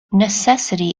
necessity